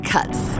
Cuts